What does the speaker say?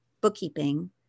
bookkeeping